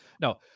No